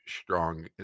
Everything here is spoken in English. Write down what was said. strong